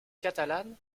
catalane